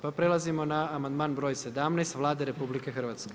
Pa prelazimo na amandman broj 17 Vlade RH.